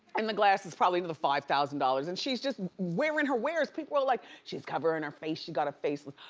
and the glasses probably in the five thousand dollars. and she's just wearing her wears. people are like, she's covering her face. she got a face lift.